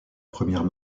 première